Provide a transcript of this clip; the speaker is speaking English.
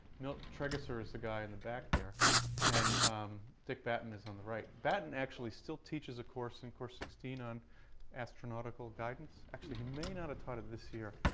milt trageser is the guy in the back there and dick batten is on the right. batten actually still teaches a course in core sixteen on astronomical guidance. actually, he may not have taught it this year.